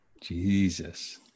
Jesus